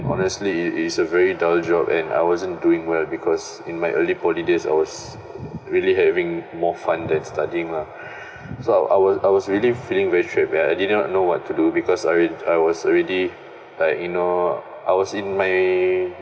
honestly it is a very dull job and I wasn't doing well because in my early poly days I was really having more fun than studying lah so I I was I was already feeling very trap I didn't know what to do because alrea~ I was already like you know I was in my